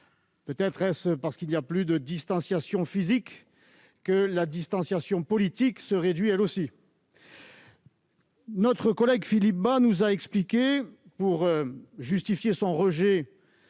Peut-être est-ce parce qu'il n'y a plus de distanciation physique que la distanciation politique se réduit ... Notre collègue Philippe Bas a justifié son rejet